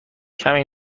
کمی